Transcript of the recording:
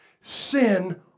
sin